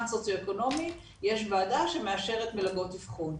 סוציו אקונומי יש ועדה שמאשרת מלגות אבחון.